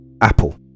Apple